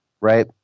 right